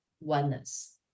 oneness